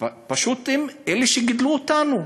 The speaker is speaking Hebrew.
פשוט הם אלה שגידלו אותנו,